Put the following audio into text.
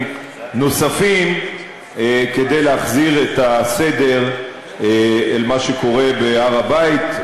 נוספים כדי להחזיר את הסדר אל מה שקורה בהר-הבית,